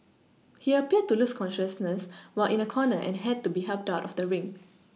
he appeared to lose consciousness while in a corner and had to be helped out of the ring